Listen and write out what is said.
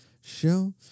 Show